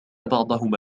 بعضهما